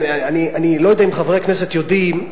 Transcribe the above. אני לא יודע אם חברי הכנסת יודעים,